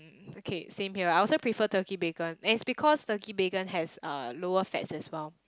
mm okay same here I also prefer Turkey bacon and it's because Turkey bacon has uh lower fats as well